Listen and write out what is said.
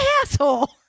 asshole